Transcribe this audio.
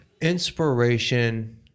Inspiration